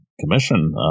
commission